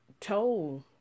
told